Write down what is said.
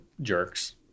jerks